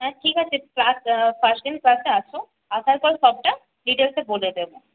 হ্যাঁ ঠিক আছে ক্লাস ফার্স্ট দিন ক্লাসে আসো আসার পর সবটা ডিটেলসে বলে দেব